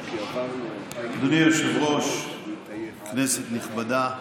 אדוני היושב-ראש, כנסת נכבדה.